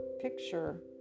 picture